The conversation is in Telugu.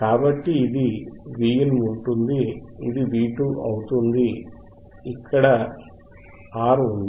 కాబట్టి ఇది Vin ఉంటుంది ఇది V2 అవుతుంది మనకు ఇక్కడ R ఉంది